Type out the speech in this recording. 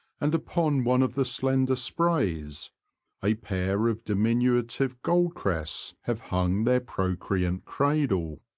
and upon one of the slender sprays a pair of diminutive goldcrests have hung their procreant cradle.